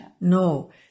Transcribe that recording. No